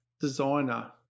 designer